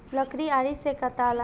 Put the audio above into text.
लकड़ी आरी से कटाला